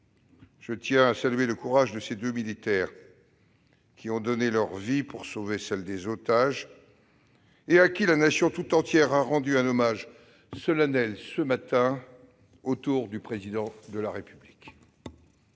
je tiens à saluer le courage de ces deux militaires, qui ont donné leur vie pour sauver celles des otages et à qui la Nation tout entière a rendu un hommage solennel ce matin, autour du Président de la République.